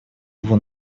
его